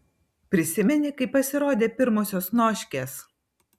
prisimeni kai pasirodė pirmosios noškės